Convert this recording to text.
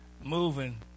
moving